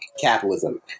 capitalism